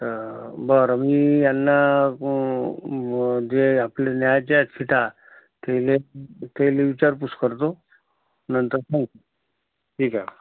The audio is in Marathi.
तर बरं मी यांना जे आपले न्यायचे आहेत सीटा त्याला त्याला विचारपूस करतो नंतर बघू ठीक आहे